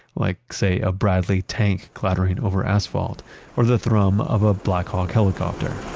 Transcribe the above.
like say a bradley tank clattering over asphalt or the thrum of a blackhawk helicopter